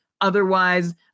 Otherwise